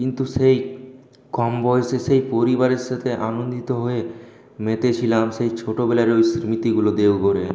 কিন্তু সেই কম বয়সে সে পরিবারের সাথে আনন্দিত হয়ে মেতে ছিলাম সেই ছোটোবেলার ওই স্মৃতিগুলো দেওঘরের